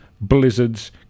Blizzards